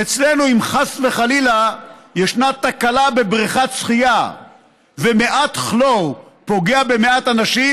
אצלנו אם חס וחלילה יש תקלה בבריכת שחייה ומעט כלור פוגע במעט אנשים,